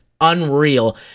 unreal